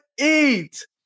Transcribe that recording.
eat